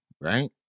right